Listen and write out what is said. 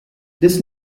this